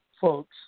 folks